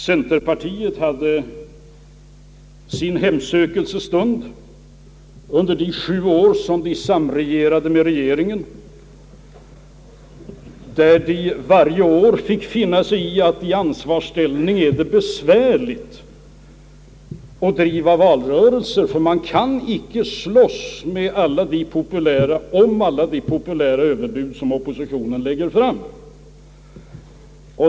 Centerpartiet hade sin hemsökelses stund under de sju år detta parti samregerade med regeringen och varje valår måste konstatera, att det är besvärligt att i ansvarsställning driva en valrörelse, eftersom man då inte kan slåss om alla de populära överbud som oppositionen lägger fram.